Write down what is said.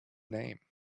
name